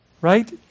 right